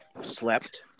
Slept